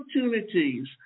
opportunities